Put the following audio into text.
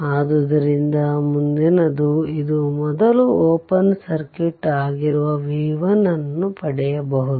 ಆದ್ದರಿಂದ ಮುಂದಿನದು ಇದು ಮೊದಲು ಓಪನ್ ಸರ್ಕ್ಯೂಟ್ ಆಗಿರುವಾಗ v 1 ಅನ್ನು ಪಡೆಯುವುದು